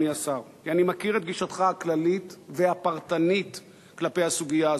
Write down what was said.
כי אני מכיר את גישתך הכללית והפרטנית כלפי הסוגיה הזאת.